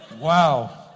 Wow